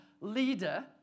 leader